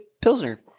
pilsner